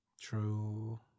True